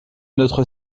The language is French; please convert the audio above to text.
notre